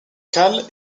cales